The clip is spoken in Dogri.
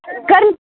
घरू